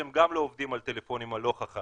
שהם גם לא עובדים על טלפונים הלא חכמים.